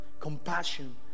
compassion